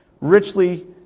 richly